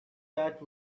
that